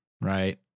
right